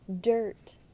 Dirt